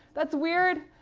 that's weird.